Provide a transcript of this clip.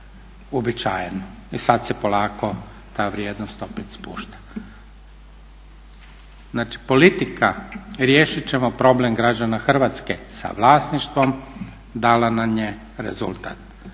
uobičajeno i sad se polako ta vrijednost opet spušta. Znači politika, riješit ćemo problem građana Hrvatske sa vlasništvom dala nam je rezultat.